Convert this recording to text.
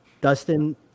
Dustin